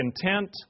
content